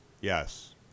Yes